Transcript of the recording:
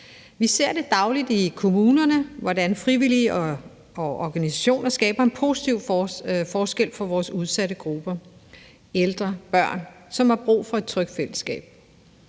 Vi ser dagligt i kommunerne, hvordan frivillige organisationer gør en positiv forskel for vores udsatte grupper, ældre og børn, som har brug for et trygt fællesskab.